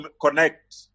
connect